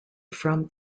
from